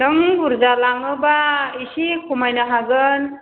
नों बुरजा लाङोबा इसे खमायनो हागोन